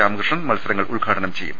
രാമകൃഷ്ണൻ മത്സരങ്ങൾ ഉദ്ഘാടനം ചെയ്യും